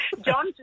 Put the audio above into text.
John